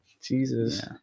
Jesus